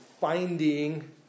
finding